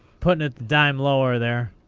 putting it the dime lower there.